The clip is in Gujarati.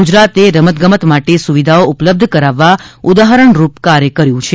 ગુજરાતે રમત ગમત માટે સુવિધાઓ ઉપલબ્ધ કરાવવા ઉદાહરણ રૂપ કાર્ય કર્યું છે